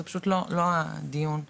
זה פשוט לא הדיון כרגע,